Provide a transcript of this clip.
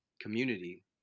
community